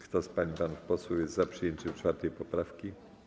Kto z pań i panów posłów jest za przyjęciem 4. poprawki?